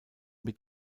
mit